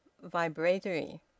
vibratory